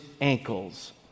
ankles